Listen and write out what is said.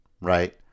right